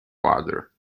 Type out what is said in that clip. father